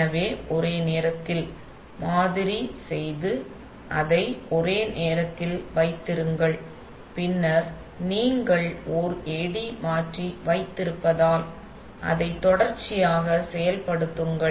எனவே ஒரே நேரத்தில் மாதிரி செய்து அதை ஒரே நேரத்தில் வைத்திருங்கள் பின்னர் நீங்கள் ஒரு AD மாற்றி வைத்திருப்பதால் அதை தொடர்ச்சியாகப் செயல்படுத்துங்கள்